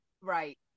Right